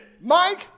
Mike